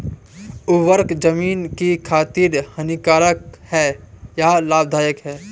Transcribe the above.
उर्वरक ज़मीन की खातिर हानिकारक है या लाभदायक है?